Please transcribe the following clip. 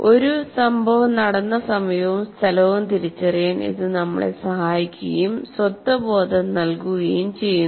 ഒരു സംഭവം നടന്ന സമയവും സ്ഥലവും തിരിച്ചറിയാൻ ഇത് നമ്മളെ സഹായിക്കുകയും സ്വത്വബോധം നൽകുകയും ചെയ്യുന്നു